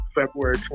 February